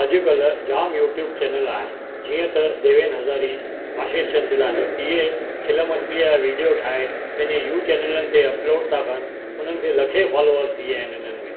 अॼुकल्ह जाम YouTube channel आहिनि जीअं त देवेन हज़ारी आशीष चंचलानी इहे खिल मस्तीअ जा वीडियो ठाहे पंहिंजे यू चैनलनि ते अपलोड था कनि उन्हनि खे लखे फॉलोअर्स थी विया आहिनि हिननि में